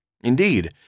Indeed